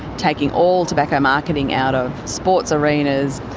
taking all tobacco marketing out of sports arenas,